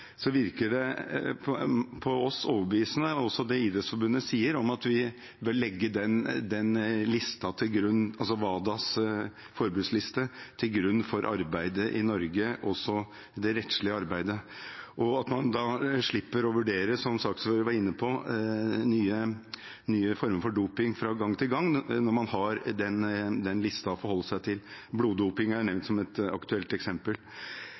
virker det Idrettsforbundet sier, overbevisende på oss: at vi bør legge WADAs forbudsliste til grunn for arbeidet i Norge – også det rettslige arbeidet. Når man har den listen å forholde seg til, slipper man – som saksordføreren var inne på – å vurdere nye former for doping fra gang til gang.